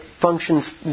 functions